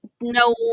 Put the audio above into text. no